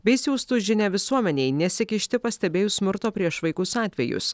bei siųstų žinią visuomenei nesikišti pastebėjus smurto prieš vaikus atvejus